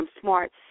SMART